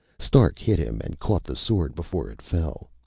stark hit him, and caught the sword before it fell.